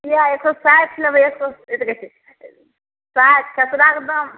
कएक एक सओ साठि लेबै एक सओ अथी कहै छै साठि खेसराके दाम